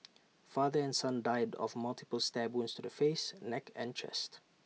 father and son died of multiple stab wounds to the face neck and chest